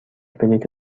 بلیط